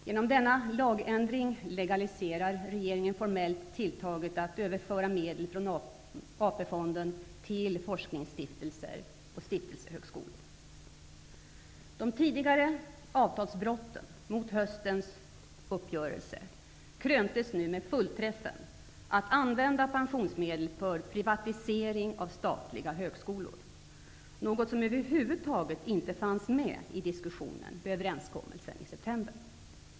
Genom denna lagändring legaliserar regeringen formellt tilltaget att överföra medel från Allmänna pensionsfonden till forskningsstiftelser och stiftelsehögskolor. De tidigare avtalsbrotten mot höstens uppgörelse kröntes nu med fullträffen att använda pensionsmedlen för privatisering av statliga högskolor, något som över huvud inte fanns med i diskussionen vid överenskommelsen i september.